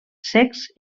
secs